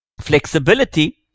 flexibility